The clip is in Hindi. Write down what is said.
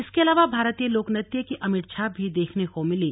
इसके अलावा भारतीय लोकनृत्य की अमिट छाप भी देखने को मिली